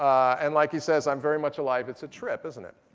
and like he says, i'm very much alive. it's a trip, isn't it?